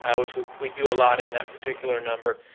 which we we do a lot in that particular number,